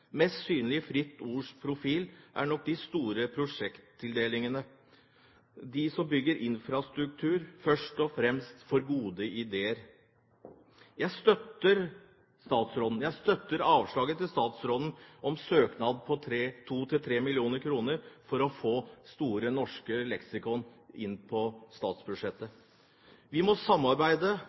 Mest synlig i Fritt Ords profil er nok de store prosjekttildelingene, de som bygger infrastruktur – først og fremst for gode ideer. Jeg støtter statsrådens avslag på søknad om å få 32 mill. kr til Store norske leksikon inn på statsbudsjettet. Vi må samarbeide